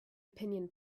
opinion